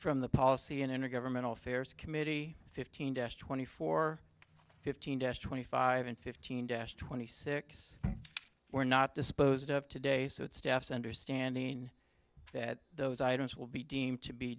from the policy and inner governmental affairs committee fifteen to twenty four fifteen to twenty five and fifteen dash twenty six were not disposed of today so it staffs understanding that those items will be deemed to be